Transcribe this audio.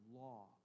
law